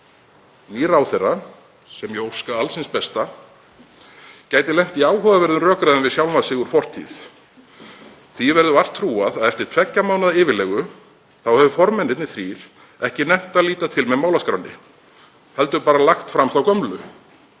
Nýr ráðherra, sem ég óska alls hins besta, gæti lent í áhugaverðum rökræðum við sjálfan sig úr fortíð. Því verður vart trúað að eftir tveggja mánaða yfirlegu hafi formennirnir þrír ekki nennt að líta til með málaskránni heldur bara lagt fram þá gömlu.